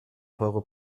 teure